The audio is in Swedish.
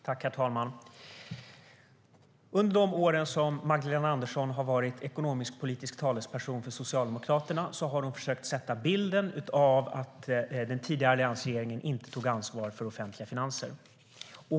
Herr talman! Under de år då Magdalena Andersson har varit ekonomisk-politisk talesperson för Socialdemokraterna har hon försökt skapa bilden av att den tidigare alliansregeringen inte tog ansvar för de offentliga finanserna.